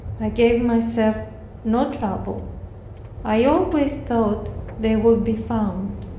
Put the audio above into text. i gave myself no trouble i always thought they would be found.